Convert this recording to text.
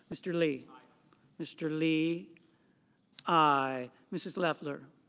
mr. lee i mr. lee i. mrs. leffler